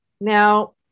Now